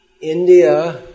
India